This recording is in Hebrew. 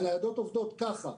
הניידות עובדות ככה.